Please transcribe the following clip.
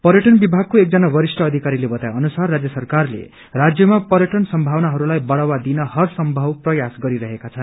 पर्यटन विभागको एकजना वरिष्ठ अधिकारीले बताए अनुसार राज्य सरकारले राज्यमा पर्यटन सम्भावनाहरूलाई बढ़ावा दिन हरसम्भव प्रयास गरिरहेका छन्